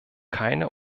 keine